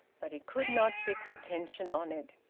but he could not fix attention on it.